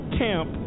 camp